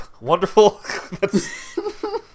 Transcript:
Wonderful